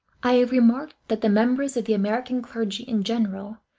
i have remarked that the members of the american clergy in general,